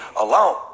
alone